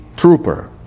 trooper